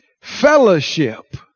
Fellowship